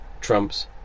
Trump's